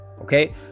okay